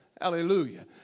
Hallelujah